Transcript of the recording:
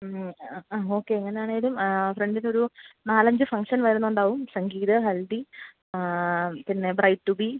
ഇന്ന് ആ ഓക്കെ എങ്ങനെയാണേലും ഫ്രണ്ടിനൊരു നാലഞ്ച് ഫംഗ്ഷൻ വരുന്നുണ്ടാവും സംഗീത ഹൽദി പിന്നെ ബ്രൈഡ് ടു ബി